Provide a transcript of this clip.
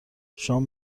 شام